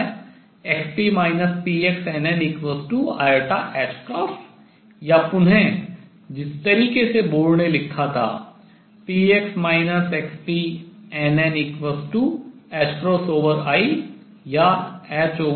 xp pxnni या पुनः जिस तरीके से बोहर ने लिखा था px xpnni या h2πi